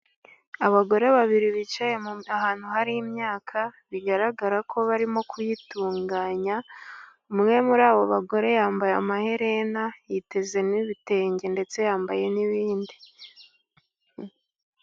Abagore babiri, bicaye ahantu hari imyaka. Bigaragara ko barimo kuyitunganya. Umwe muri abo bagore, yambaye amaherena, yiteze n'ibitenge, ndetse yambaye n'ibindi.